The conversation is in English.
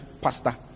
pastor